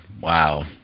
wow